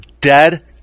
dead